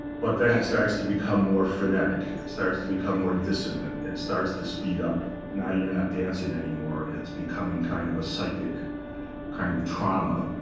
but then it starts to become more frenetic. it starts to become more dissonant. it starts to speed up. now you're not dancing anymore. it's becoming kind of a psychic kind of trauma.